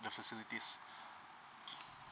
the facilities